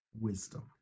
wisdom